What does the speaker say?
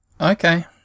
Okay